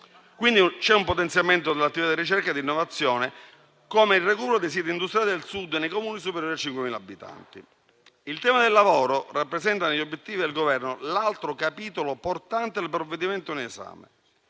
Quindi c'è un potenziamento dell'attività di ricerca e di innovazione, come il recupero dei siti industriali del Sud nei Comuni superiori a 5.000 abitanti. Il tema del lavoro rappresenta, negli obiettivi del Governo, l'altro capitolo portante del provvedimento in esame.